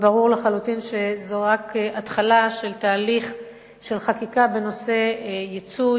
ברור לחלוטין שזאת רק התחלה של תהליך של חקיקה בנושא ייצוא,